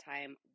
time